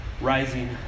rising